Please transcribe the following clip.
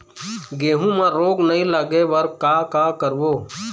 गेहूं म रोग नई लागे बर का का करबो?